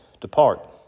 Depart